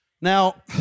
Now